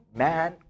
man